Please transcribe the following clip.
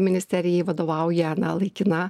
ministerijai vadovauja na laikina